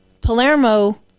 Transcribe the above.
Palermo